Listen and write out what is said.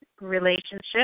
relationship